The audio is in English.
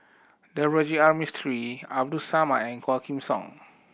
Navroji R Mistri Abdul Samad and Quah Kim Song